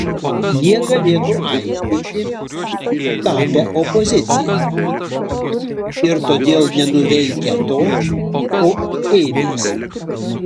jie galėtų aiškinti tapę opozicija ir todėl nenuveikę to ko ėmėsi